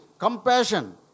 Compassion